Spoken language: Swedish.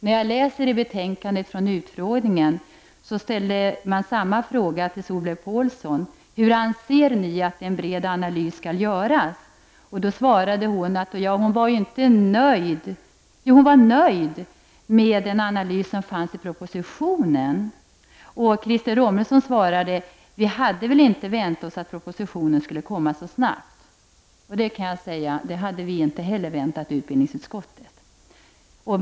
När jag i betänkandet läser det som sades vid utskottsutfrågningen, ser jag att samma fråga ställdes till Solveig Paulsson. Hon fick följande fråga: Hur anser ni att en bred analys skall göras? Hon svarade då att hon var nöjd med den analys som fanns i propositionen. Christer Romilson framhöll att han inte hade förväntat sig att propositionen skulle komma så snabbt. Det hade inte heller vi i utbildningsutskottet väntat oss.